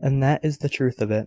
and that is the truth of it.